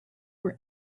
were